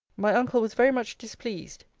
my uncle was very much displeased.